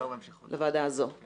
אני